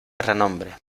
renombre